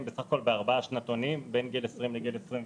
בסך הכול בארבעה שנתונים: בין גיל 20 ל-24,